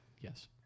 Yes